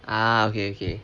ah okay okay